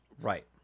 Right